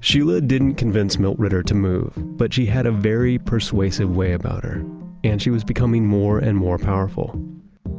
sheela didn't convince milt ritter to move, but she had a very persuasive way about her and she was becoming more and more powerful